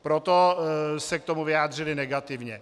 Proto se k tomu vyjádřili negativně.